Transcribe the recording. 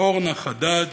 אורנה חדד,